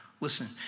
Listen